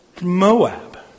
Moab